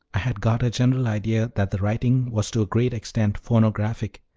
i had got a general idea that the writing was to a great extent phonographic,